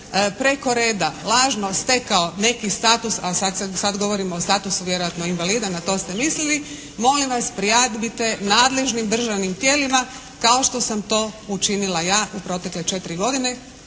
preko reda, lažno stekao neki status, ali sada govorimo o statusu vjerojatno invalida, na to ste mislili, molim vas prijavite nadležnim državnim tijelima kao što sam to učinila ja u protekle četiri godine